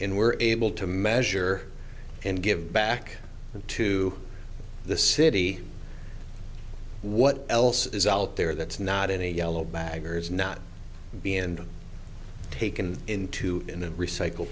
and we're able to measure and give back to the city what else is out there that's not in a yellow baggers not being and taken into and recycle